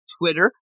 Twitter